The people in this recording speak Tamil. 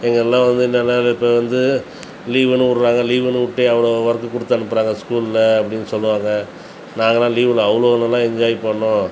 எங்கள்லாம் வந்து இப்போ வந்து லீவுன்னு விட்றாங்க லீவுன்னு விட்டு அவ்வளோ ஒர்க்கு கொடுத்தனுப்புறாங்க ஸ்கூலில் அப்படின்னு சொல்லுவாங்க நாங்கள்லாம் லீவில அவ்வளோ நல்லா என்ஜாய் பண்ணோம்